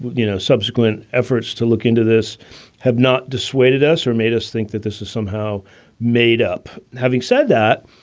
you know, subsequent efforts to look into this have not dissuaded us or made us think that this is somehow made up. having said that,